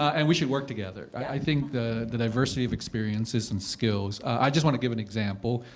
and we should work together. i think the the diversity of experiences and skills i just want to give an example,